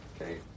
okay